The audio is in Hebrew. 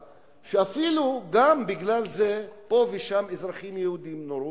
שאפילו בגלל זה פה ושם גם אזרחים יהודים נורו,